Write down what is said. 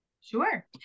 Sure